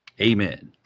amen